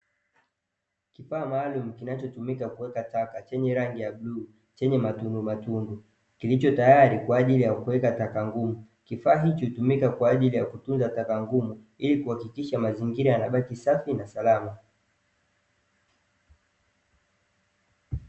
Kifaa maalum kinachotumika kuweka taka chenye rangi ya bluu, chenye matundu matundu, kilocho tayari kwaajili ya kuweka taka ngumu. Kifaa hicho hutumika kwa ajili ya kutunza taka ngumu ili kuhakikisha mazingira yanabaki safi na salama.